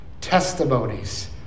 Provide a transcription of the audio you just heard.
testimonies